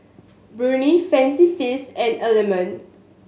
Burnie Fancy Feast and Element